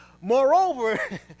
Moreover